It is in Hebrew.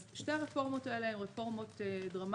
אז שתי הרפורמות האלה הן רפורמות דרמטיות.